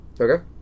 Okay